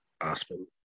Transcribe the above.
Aspen